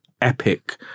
epic